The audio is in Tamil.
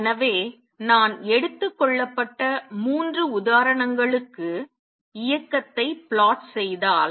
எனவே நான் எடுத்துக்கொள்ளப்பட்ட மூன்று உதாரணங்களுக்கு இயக்கத்தை plot செய்தால்